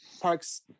parks